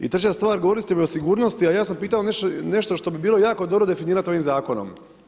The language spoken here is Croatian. I treća stvar, govorili ste mi o sigurnosti, a ja sam pitao nešto što bi bilo jako dobro definirat ovim Zakonom.